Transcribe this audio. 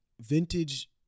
vintage